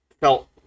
felt